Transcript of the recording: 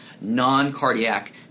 non-cardiac